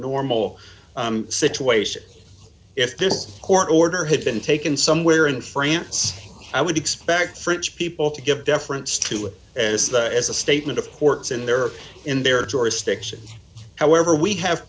normal situation if this court order had been taken somewhere in france i would expect french people to give deference to it as that as a statement of courts in their in their jurisdiction however we have